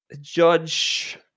judge